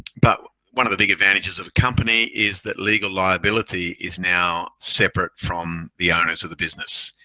but one of the big advantages of a company is that legal liability is now separate from the owners of the business.